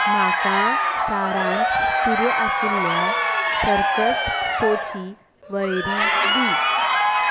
म्हाका शारांत सुरू आशिल्ल्या सर्कस शोंची वळेरी दी